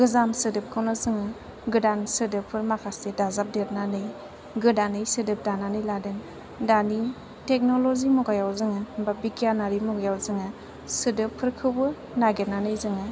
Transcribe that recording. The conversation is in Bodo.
गोजाम सोदोबखौनो जोङो गोदान सोदोबफोर माखासे दाजाबदेरनानै गोदानै सोदोब दानानै लादों दानि टेकनल'जि मुगायाव जोङो बा बिगियानारि मुगायाव जोङो सोदोबफोरखौबो नागिरनानै जोङो